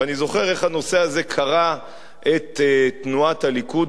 ואני זוכר איך הנושא הזה קרע את תנועת הליכוד,